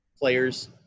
Players